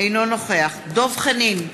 אינו נוכח דב חנין,